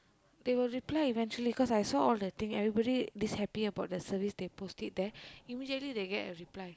they will reply eventually cause I saw all the thing everybody is happy about their service they post it there immediately they get a reply